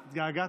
התגעגעת?